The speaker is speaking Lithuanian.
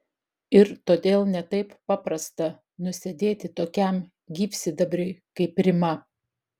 ir todėl ne taip paprasta nusėdėti tokiam gyvsidabriui kaip rima